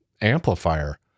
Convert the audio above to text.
amplifier